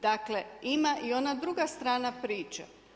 Dakle, ima i ona druga strana priče.